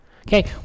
Okay